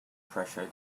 pressure